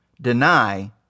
deny